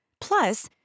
Plus